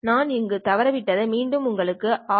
நான் இங்கு தவறவிட்டதை மீண்டும் உங்களுக்கு ஆர்